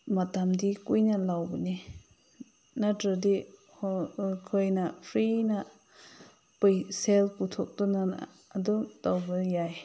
ꯃꯇꯝꯗꯤ ꯀꯨꯏꯅ ꯂꯧꯕꯅꯤ ꯅꯠꯇ꯭ꯔꯗꯤ ꯍꯣꯏ ꯑꯩꯈꯣꯏꯅ ꯐ꯭ꯔꯤꯅ ꯁꯦꯜ ꯄꯨꯊꯣꯛꯇꯨꯅ ꯑꯗꯨꯝ ꯇꯧꯕ ꯌꯥꯏ